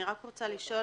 אני רק רוצה לשאול,